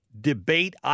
debate